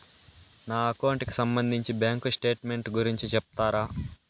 నా అకౌంట్ కి సంబంధించి బ్యాంకు స్టేట్మెంట్ గురించి సెప్తారా